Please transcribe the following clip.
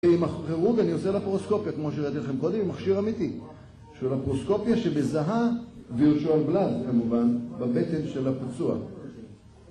עם הכירוג אני עושה לפרוסקופיה, כמו שראיתי לכם קודם, מכשיר אמיתי של הפרוסקופיה שמזהה וירשול בלז, כמובן, בבטן של הפצוע